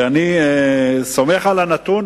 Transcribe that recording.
ואני סומך על הנתון,